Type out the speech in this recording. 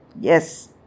Yes